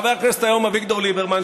היום חבר כנסת אביגדור ליברמן,